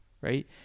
right